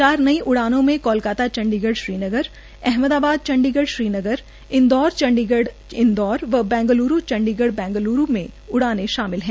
चार नई उड़ान म कोलकाता चंडीगए ीनगर अहमदाबाद चंडीगढ़ ीनगर इंदौर चंडीगढ़ इ दौर और बगलूर चंडीगढ़ बगलूर क उडाने शा मल है